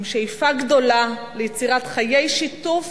עם שאיפה גדולה ליצירת חיי שיתוף